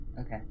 Okay